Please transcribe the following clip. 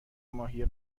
ماهی